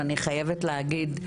ואני חייבת להגיד,